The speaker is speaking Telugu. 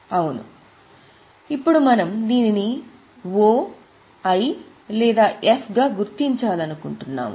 అవును ఇప్పుడు మనం దీనిని O I లేదా F గా గుర్తించాలనుకుంటున్నాము